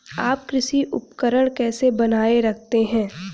आप कृषि उपकरण कैसे बनाए रखते हैं?